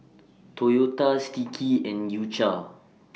Toyota Sticky and U Cha